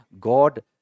God